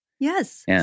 Yes